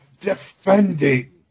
defending